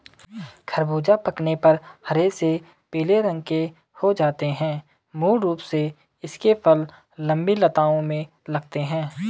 ख़रबूज़ा पकने पर हरे से पीले रंग के हो जाते है मूल रूप से इसके फल लम्बी लताओं में लगते हैं